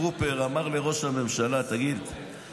אל תפנה אליי, אדוני השר.